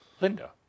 Linda